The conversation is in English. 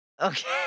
Okay